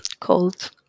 Cold